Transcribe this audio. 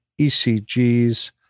ECGs